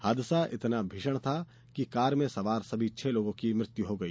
हादसा इतना भीषण था कि कार में सवार सभी छह लोगों की मृत्यु हो गई